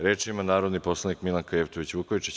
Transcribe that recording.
Reč ima narodni poslanik Milanka Jevtović Vukojičić.